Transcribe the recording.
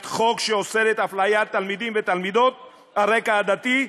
חוק שאוסרת הפליית תלמידים ותלמידות על רקע עדתי,